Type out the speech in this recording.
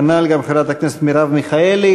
כנ"ל גם חברת הכנסת מרב מיכאלי.